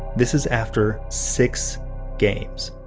this is after six games.